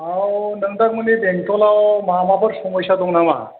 औ नोंथांमोननि बेंटलाव माबाफोर समयसा दं नामा